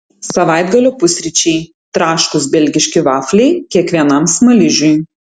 savaitgalio pusryčiai traškūs belgiški vafliai kiekvienam smaližiui